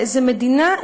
זה מדינה,